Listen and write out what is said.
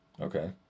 Okay